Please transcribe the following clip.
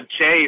Chase